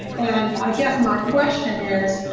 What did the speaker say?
and i guess my question is,